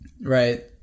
right